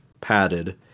padded